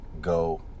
go